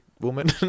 woman